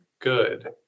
good